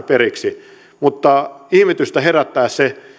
periksi mutta ihmetystä herättää